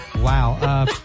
Wow